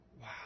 Wow